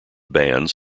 bands